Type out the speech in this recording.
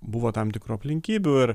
buvo tam tikrų aplinkybių ir